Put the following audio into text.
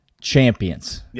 champions